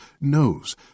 knows